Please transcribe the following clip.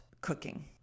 cooking